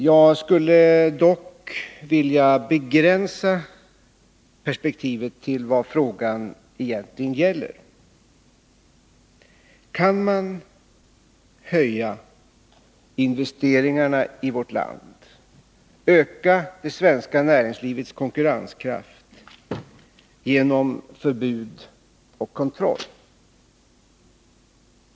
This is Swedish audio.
Jag skulle dock vilja begränsa perspektivet till vad frågan egentligen gäller. Kan man höja investeringarna i vårt land, kan man öka det svenska näringslivets konkurrenskraft genom förbud och kontroll?